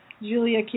Julia